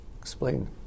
Explain